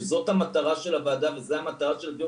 שזו המטרה של הוועדה וזאת המטרה של הדיון,